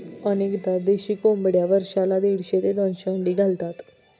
अनेकदा देशी कोंबड्या वर्षाला दीडशे ते दोनशे अंडी घालतात